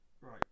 right